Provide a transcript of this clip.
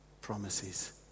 promises